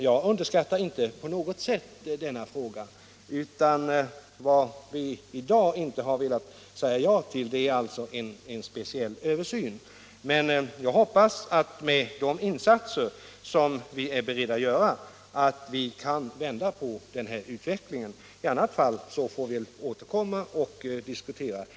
Jag underskattar inte på något sätt denna fråga, men vi har i dag inte velat säga ja till en speciell översyn. Jag hoppas emellertid att vi med de insatser som vi är beredda att göra skall kunna vända på den här utvecklingen. I annat fall får vi återkomma och diskutera vidare.